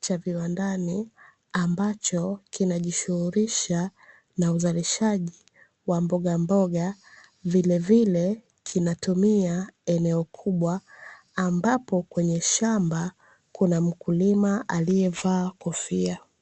cha viwandani, ambacho kinajishuhulisha na uzalishaji wa mbogamboga, vilevile kinatumia eneo kubwa ambapo kwenye shamba, kuna mkulima aliyevaa kofia.